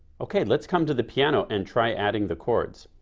okay let's come to the piano and try adding the chords.